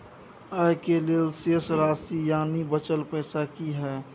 आय के लेल शेष राशि यानि बचल पैसा की हय?